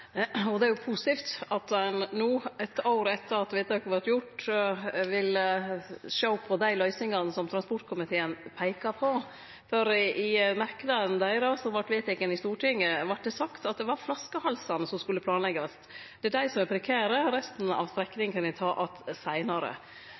Det er positivt at ein no, eitt år etter at vedtaket vart gjort, vil sjå på dei løysingane som transportkomiteen peika på, for i merknaden deira – og det som vart vedteke i Stortinget – vart det sagt at det var flaskehalsane som skulle planleggjast, det er dei som er prekære, og resten av